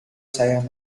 saya